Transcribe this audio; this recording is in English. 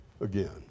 again